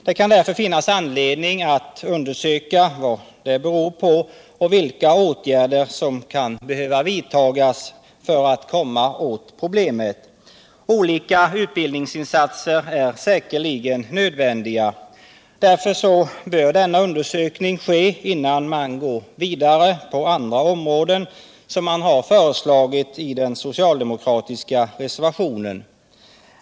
Det kan därför finnas anledning att undersöka vad det beror på och vilka åtgärder som kan behöva vidtas för att komma åt problemet. Olika utbildningsinsatser är säkerligen nödvändiga. Därför bör denna undersökning ske innan man går vidare på andra områden, som har föreslagits i den socialdemokratiska reservationen.